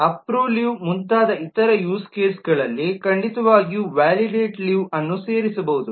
approve leave ಮುಂತಾದ ಇತರ use ಕೇಸ್ಗಳಲ್ಲಿ ಖಂಡಿತವಾಗಿಯೂ ವಲಿಡೇಟ್ ಲೀವ್ಅನ್ನು ಸೇರಿಸಬಹುದು